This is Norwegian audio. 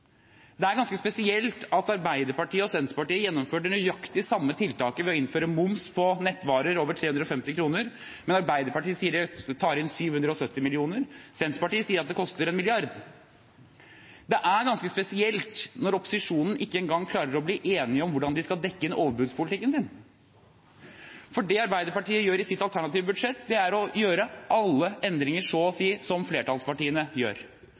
Det er ganske spesielt at Arbeiderpartiet og Senterpartiet gjennomfører nøyaktig de samme tiltakene ved å innføre moms på netthandel under 350 kr. Arbeiderpartiet sier de tar inn 770 mill. kr, mens Senterpartiet sier at det koster 1 mrd. kr. Det er ganske spesielt når opposisjonen ikke engang klarer å bli enig om hvordan de skal dekke inn overbudspolitikken sin. Det Arbeiderpartiet gjør i sitt alternative budsjett, er å gjøre så å si alle endringer som flertallspartiene gjør,